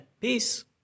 Peace